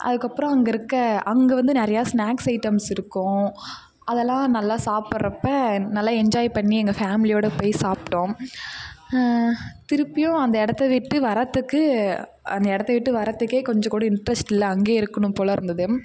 அதுக்கப்புறோம் அங்கே இருக்க அங்கே வந்து நிறையா ஸ்நேக்ஸ் ஐட்டம்ஸ் இருக்கும் அதெல்லாம் நல்லா சாப்பிட்றப்ப நல்லா என்ஜாய் பண்ணி எங்கே ஃபேம்லியோடய போய் சாப்பிட்டோம் திருப்பியும் அந்த இடத்த விட்டு வரத்துக்கு அந்த இடத்த விட்டு வரதுக்கு கொஞ்சம் கூட இன்ட்ரெஸ்ட் இல்லை அங்கேயே இருக்கணும் போல இருந்தது